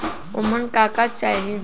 ओमन का का चाही?